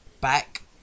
back